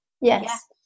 yes